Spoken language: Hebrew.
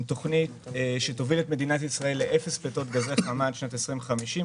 תוכנית שתוביל את מדינת ישראל לאפס פליטות גזי חממה עד שנת 2050,